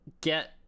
get